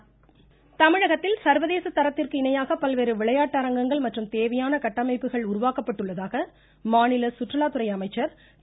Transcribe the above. வெல்லமண்டி வளர்மதி தமிழகத்தில் சர்வதேச தரத்திற்கு இணையாக பல்வேறு விளையாட்டு அரங்கங்கள் மற்றும் தேவையான கட்டமைப்புகள் உருவாக்கப்பட்டுள்ளதாக மாநில சுற்றுலாத்துறை அமைச்சர் திரு